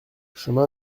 chemin